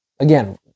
Again